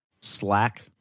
Slack